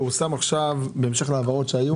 פורסם עכשיו בהמשך להעברות התקציביות שהיו